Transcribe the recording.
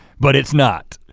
but it's not.